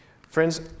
Friends